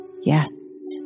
yes